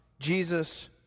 Jesus